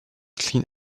clean